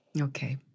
Okay